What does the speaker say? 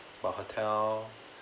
but hotel